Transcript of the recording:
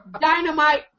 Dynamite